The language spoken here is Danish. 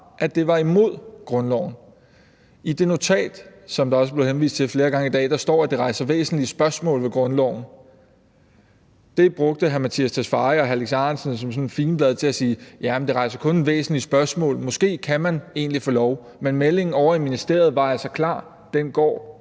at det var imod grundloven. I det notat, som der også er blevet henvist til flere gange i dag, står der, at det rejser væsentlige spørgsmål ved grundloven. Det brugte hr. Mattias Tesfaye og hr. Alex Ahrendtsen som et figenblad, så de kunne sige: Jamen det rejser kun væsentlige spørgsmål – måske kan man egentlig godt få lov. Men meldingen ovre i ministeriet var altså klar: Den går